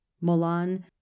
milan